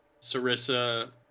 Sarissa